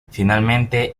finalmente